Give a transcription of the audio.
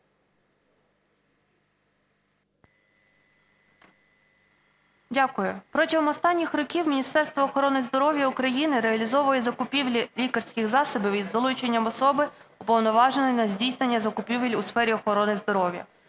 Дякую. Протягом останніх років Міністерство охорони здоров'я України реалізовує закупівлі лікарських засобів із залученням особи, уповноваженої на здійснення закупівель у сфері охорони здоров'я.